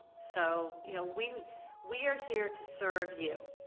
so yeah we we are here to serve you,